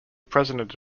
president